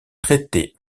traités